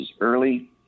early